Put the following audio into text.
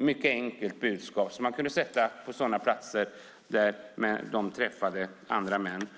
mycket enkelt budskap, som kunde sättas upp på sådana platser där män träffade andra män.